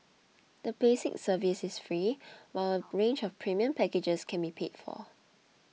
the basic service is free while a range of premium packages can be paid for